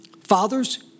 fathers